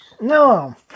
No